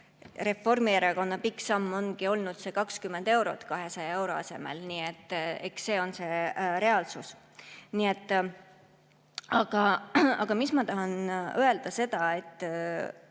Reformierakonna pikk samm ongi olnud see 20 eurot 200 euro asemel. Eks see on see reaalsus. Aga ma tahan öelda, et